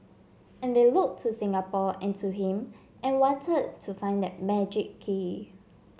and they looked to Singapore and to him and wanted to find that magic key